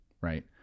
right